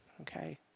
okay